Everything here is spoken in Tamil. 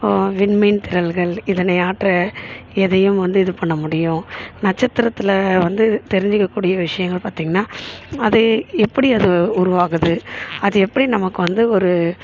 இப்போது விண்மீன் திரள்கள் இதனை ஆற்றலா எதையும் வந்து இது பண்ண முடியும் நட்சத்திரத்தில் வந்து தெரிஞ்சுக்க கூடிய விஷயங்கள் பார்த்திங்கன்னா அது எப்படி அது உருவாகுது அது எப்படி நமக்கு வந்து ஒரு